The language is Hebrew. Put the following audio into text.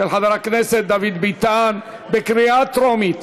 של חבר הכנסת דוד ביטן, בקריאה טרומית.